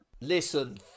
Listen